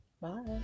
Bye